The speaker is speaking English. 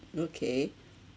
okay